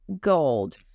gold